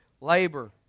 labor